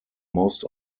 most